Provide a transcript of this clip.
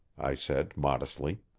i said modestly.